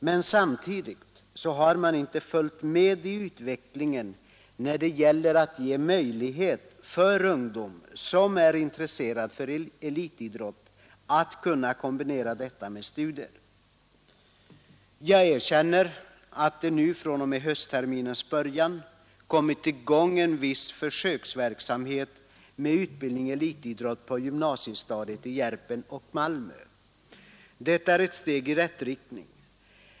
Men samtidigt har man underlåtit att följa med i utvecklingen när det gäller att ge möjlighet för ungdom, som är intresserad av elitidrott, att kombinera detta med studier. Jag erkänner att det fr.o.m., denna hösttermins början har kommit i gång en viss försöksverksamhet med utbildning-elitidrott på gymnasiestadiet i Järpen och i Malmö. Detta är ett steg i rätt riktning.